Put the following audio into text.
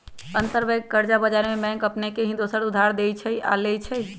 अंतरबैंक कर्जा बजार में बैंक अपने में एक दोसर के उधार देँइ छइ आऽ लेइ छइ